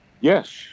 Yes